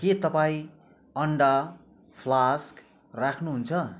के तपाईँ अन्डा फ्लास्क राख्नुहुन्छ